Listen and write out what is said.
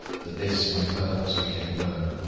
that this my purpose became known,